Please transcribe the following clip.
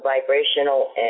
vibrational